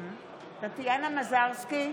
טטיאנה מזרסקי,